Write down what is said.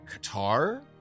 Qatar